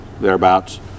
thereabouts